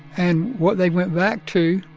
and what they went back to